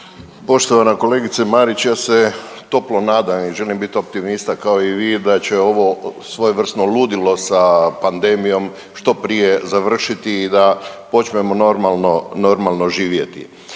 Poštovana kolegice Marić, ja se toplo nadam i želim biti optimista kao i vi da će ovo svojevrsno ludilo sa pandemijom što prije završiti i da počnemo normalno,